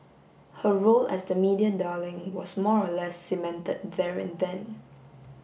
her role as the media darling was more or less cemented there and then